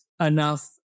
enough